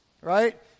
right